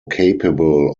capable